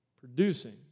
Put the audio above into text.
Producing